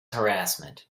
harassment